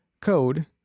code